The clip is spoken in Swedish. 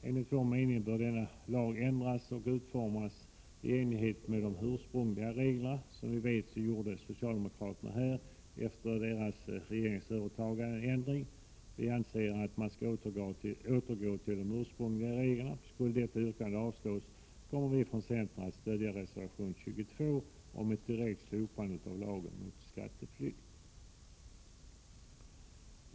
Enligt vår mening bör denna lag ändras och utformas i enlighet med de ursprungliga reglerna. Som vi vet gjorde socialdemokraterna efter sitt regeringsövertagande en ändring. Vi anser att man skall återgå till de ursprungliga reglerna. Skulle detta yrkande avslås, kommer vi från centern att stödja reservation 22 om ett direkt slopande av lagen mot skatteflykt.